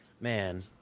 Man